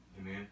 Amen